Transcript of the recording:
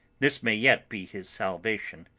this may yet be his salvation,